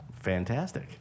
Fantastic